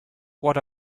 what